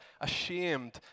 ashamed